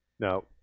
Now